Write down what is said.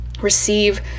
receive